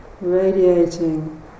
radiating